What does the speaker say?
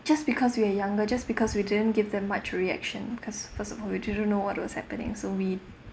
just because we were younger just because we didn't give them much reaction because first of all we didn't know what was happening so we